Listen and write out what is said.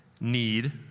need